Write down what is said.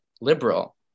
liberal